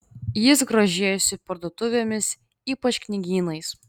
jis grožėjosi parduotuvėmis ypač knygynais